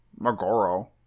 Megoro